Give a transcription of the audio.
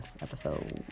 episode